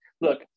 look